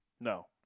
No